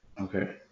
Okay